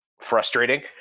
frustrating